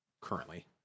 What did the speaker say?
currently